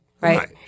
Right